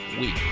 week